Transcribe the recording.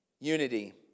Unity